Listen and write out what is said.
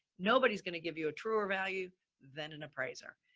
nobody's going to give you a truer value than an appraiser.